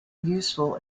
useful